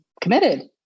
committed